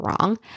wrong